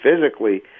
physically